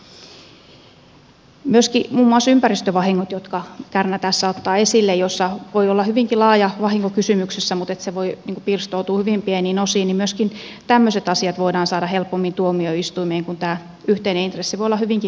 myöskin muun muassa ympäristövahingot jotka kärnä tässä ottaa esille joissa voi olla kysymyksessä hyvinkin laaja vahinko joka voi pirstoutua hyvin pieniin osiin voidaan saada helpommin tuomioistuimiin kun tämä yhteinen intressi voi olla hyvinkin merkittävä